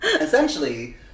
essentially